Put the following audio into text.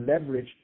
leverage